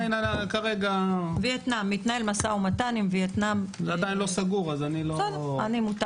כרגע זה עדיין לא סגור אז אני לא --- וייטנאם.